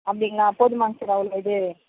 அப்படிங்களா போதுமாங்க சார் அவ்வளோ இது